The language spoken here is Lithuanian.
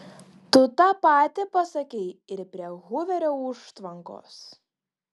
tu tą patį pasakei ir prie huverio užtvankos